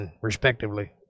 respectively